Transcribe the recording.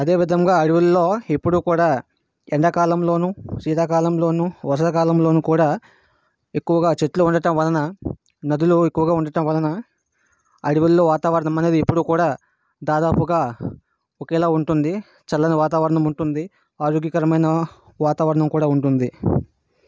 అదే విధంగా అడవులలో ఎప్పుడూ కూడా ఎండాకాలంలోనూ శీతాకాలంలోనూ వర్షాకాలంలోనూ కూడా కూడా ఎక్కువగా చెట్లు ఉండటం వలన నదులు ఎక్కువగా ఉండటం వలన అడవులలో వాతావరణం అనేది ఎప్పుడూ కూడా దాదాపుగా ఒకేలా ఉంటుంది చల్లని వాతావరణం ఉంటుంది ఆరోగ్యకరమైన వాతావరణం కూడా ఉంటుంది